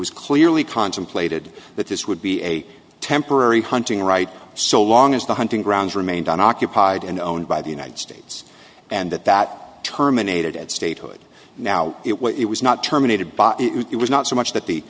was clearly contemplated that this would be a temporary hunting right so long as the hunting grounds remained on occupied and owned by the united states and that that terminated at statehood now it was not terminated by it was not so much that the